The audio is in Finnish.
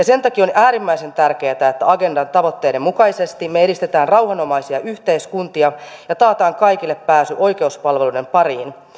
sen takia on äärimmäisen tärkeätä että agendan tavoitteiden mukaisesti me edistämme rauhanomaisia yhteiskuntia ja takaamme kaikille pääsyn oikeuspalveluiden pariin